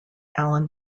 allen